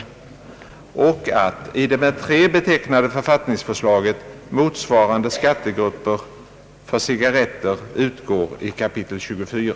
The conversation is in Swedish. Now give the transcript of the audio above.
Dessa ändringar innebär